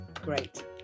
Great